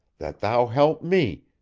that thou help me,